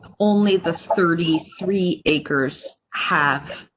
only the thirty three acres have.